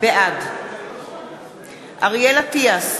בעד אריאל אטיאס,